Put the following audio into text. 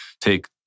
take